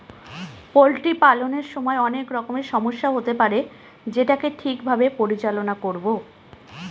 poultry পালনের সময় অনেক রকমের সমস্যা হতে পারে যেটাকে ঠিক ভাবে পরিচালনা করবো